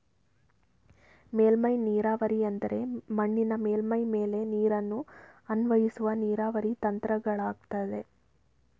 ಮೇಲ್ಮೈ ನೀರಾವರಿ ಎಂದರೆ ಮಣ್ಣಿನ ಮೇಲ್ಮೈ ಮೇಲೆ ನೀರನ್ನು ಅನ್ವಯಿಸುವ ನೀರಾವರಿ ತಂತ್ರಗಳಗಯ್ತೆ